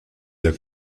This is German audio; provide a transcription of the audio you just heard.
der